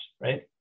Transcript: right